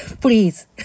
please